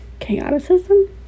Chaoticism